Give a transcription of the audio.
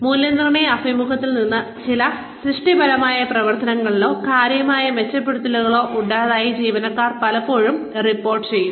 മൂല്യനിർണ്ണയ അഭിമുഖങ്ങളിൽ നിന്ന് ചില സൃഷ്ടിപരമായ പ്രവർത്തനങ്ങളോ കാര്യമായ മെച്ചപ്പെടുത്തലുകളോ ഉണ്ടായതായി ജീവനക്കാർ പലപ്പോഴും റിപ്പോർട്ട് ചെയ്യുന്നു